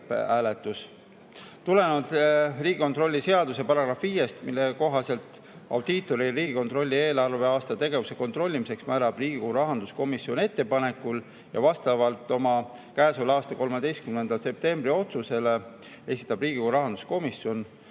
Tulenevalt Riigikontrolli seaduse §‑st 5, mille kohaselt audiitori Riigikontrolli eelarveaasta tegevuse kontrollimiseks määrab Riigikogu rahanduskomisjoni ettepanekul, ja vastavalt oma käesoleva aasta 13. septembri otsusele esitab Riigikogu rahanduskomisjon